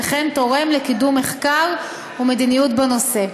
וכן תורם לקידום מחקר ומדיניות בנושא.